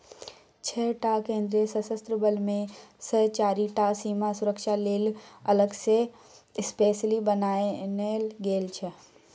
छअ टा केंद्रीय सशस्त्र बल मे सँ चारि टा सीमा सुरक्षा लेल अलग सँ स्पेसली बनाएल गेल छै